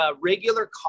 regular